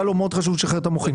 היה לו מאוד חשוב לשחרר את המוכרים.